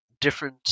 different